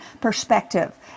perspective